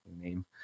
name